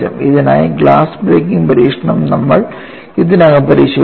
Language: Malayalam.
ഇതിനായി ഗ്ലാസ് ബ്രേക്കിംഗ് പരീക്ഷണം നമ്മൾ ഇതിനകം പരിശോധിച്ചു